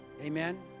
Amen